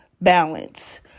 balance